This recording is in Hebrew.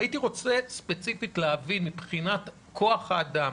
הייתי רוצה ספציפית להבין מבחינת כוח האדם